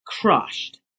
crushed